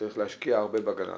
צריך להשקיע הרבה בהגנה,